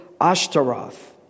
Ashtaroth